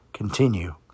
continue